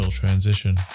transition